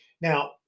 now